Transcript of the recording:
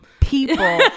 people